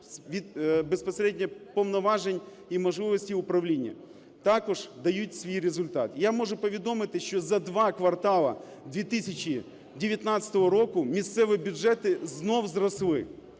безпосередньо повноважень і можливості управління, також дають свій результат. Я можу повідомити, що за два квартали 2019 року місцеві бюджети знову зросли